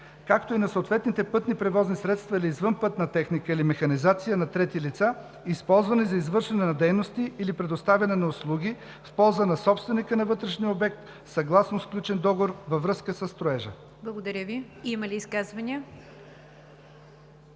както и на съответните пътни превозни средства или извънпътна техника или механизация на трети лица, използвани за извършване на дейности или предоставяне на услуги в полза на собственика на вътрешния обект съгласно сключен договор във връзка със строежа.“ ПРЕДСЕДАТЕЛ НИГЯР ДЖАФЕР: Има ли изказвания?